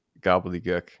gobbledygook